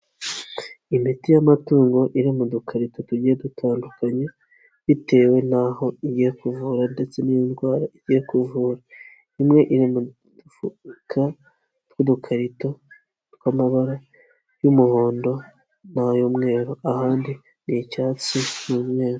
Imiti y'amatungo iri mud dukarito tujye dutandukanye bitewe n'aho igiye kuvura ndetse n'indwara yo kuvura, imwe iri mudupfuka tw'udukarito tw'amabara y'umuhondo nay'umweru ahandi ni icyatsi n'umweru.